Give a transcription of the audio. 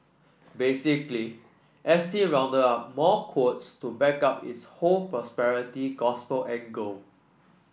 basically S T rounded up more quotes to back up its whole prosperity gospel angle